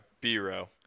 B-Row